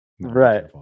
Right